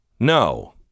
No